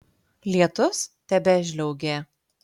lietus tebežliaugė